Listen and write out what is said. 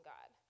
God